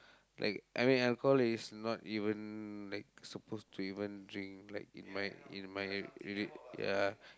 like I mean alcohol is not even like supposed to even drink like in my in my ya